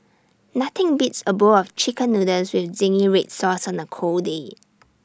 nothing beats A bowl of Chicken Noodles with Zingy Red Sauce on A cold day